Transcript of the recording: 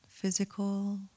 physical